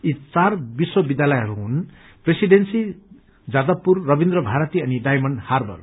यी चार विश्व विध्यालयहरू हुन प्रेसीडेन्सी जादवपुर रवीन्द्र भारती अनि डायमण्ड हार्वर